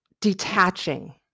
detaching